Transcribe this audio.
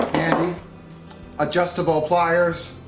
handy adjustable pliers.